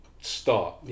start